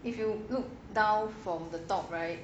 if you look down from the top right